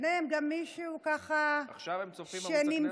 ובהם גם מישהו ככה, עכשיו הם צופים בערוץ הכנסת?